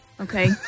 Okay